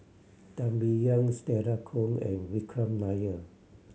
Teo Bee Yen Stella Kon and Vikram Nair